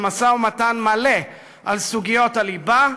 למשא-ומתן מלא על סוגיות הליבה,